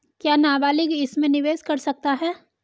क्या नाबालिग इसमें निवेश कर सकता है?